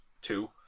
two